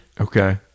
Okay